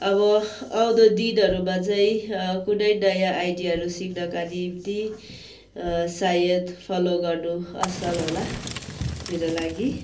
अब आउँदो दिनहरूमा चाहिँ कुनै नयाँ आइडियाहरू सिक्नका निम्ति सायद फलो गर्नु असल होला मेरो लागि